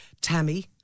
Tammy